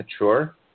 mature